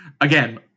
Again